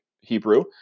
Hebrew